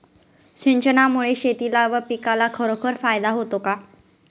सिंचनामुळे शेतीला व पिकाला खरोखर फायदा होतो का?